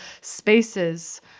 spaces